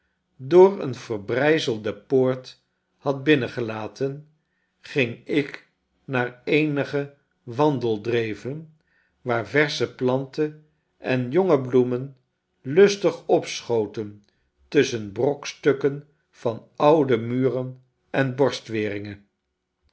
door een verbrijzelde poort had binnengelaten ging ik naar eenige wandeldreven waar versche planten en jonge bloemen lustig opschoten tusschen brokstukken van oude muren en